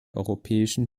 europäischen